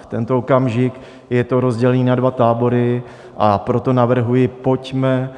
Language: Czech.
V tento okamžik je to rozdělené na dva tábory, a proto navrhuji, pojďme